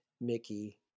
Mickey